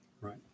right